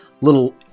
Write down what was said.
little